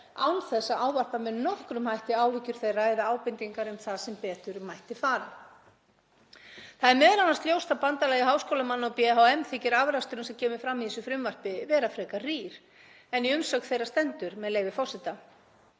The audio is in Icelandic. án þess að ávarpa með nokkrum hætti áhyggjur þeirra eða ábendingar um það sem betur mætti fara. Það er m.a. ljóst að Bandalagi háskólamanna, BHM, þykir afraksturinn sem kemur fram í þessu frumvarpi vera frekar rýr en í umsögn þeirra stendur, með leyfi forseta: